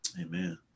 Amen